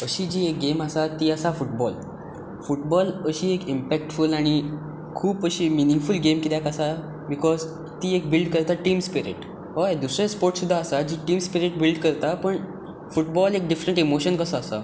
अशी जी एक गेम आसा ती आसा फुटबॉल फुटबॉल अशी एक इंम्पेक्टफुल आनी खूब अशी मिनींगफूल गेम कित्याक आसा बिकोज ती एक बिल्ड करता टीम स्पिरीट हय दुसरे स्पोर्टस सुद्दां आसा जी टीम स्पिरीट बिल्ड करता पूण फुटबॉल एक डिफरंट इमोशन कसो आसा